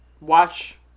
watch